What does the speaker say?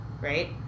right